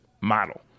model